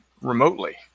remotely